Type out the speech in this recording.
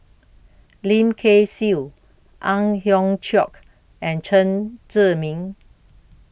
Lim Kay Siu Ang Hiong Chiok and Chen Zhiming